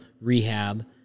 rehab